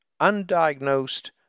undiagnosed